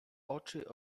oczy